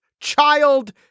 child